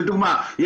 לדוגמה,